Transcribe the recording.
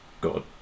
God